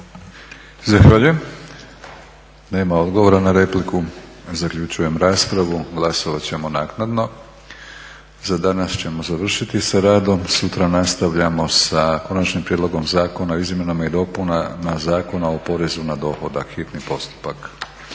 Zahvaljujem. Nema odgovora na repliku. Zaključujem raspravu. Glasovat ćemo naknadno. Za danas ćemo završiti sa radom. Sutra nastavljamo sa Konačnim prijedlogom Zakona o izmjenama i dopunama Zakona o porezu na dohodak, hitni postupak.